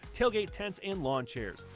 tailgate tents, and lawn chairs.